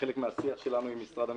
כחלק מהשיח שלנו עם משרד המשפטים,